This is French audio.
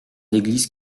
l’église